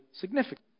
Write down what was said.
significant